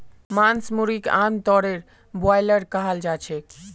मांस मुर्गीक आमतौरत ब्रॉयलर कहाल जाछेक